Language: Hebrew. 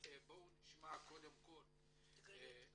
בואו נשמע קודם את דגנית,